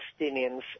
Palestinians